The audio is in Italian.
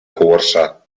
corsa